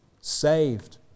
Saved